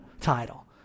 title